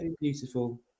Beautiful